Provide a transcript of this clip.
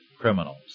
criminals